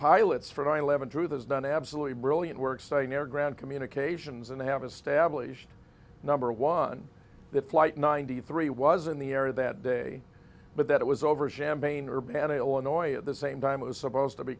pilots for nine eleven truth has done absolutely brilliant work site near ground communications and have established number one that flight ninety three was in the air that day but that it was over champagne urbana illinois at the same time it was supposed to be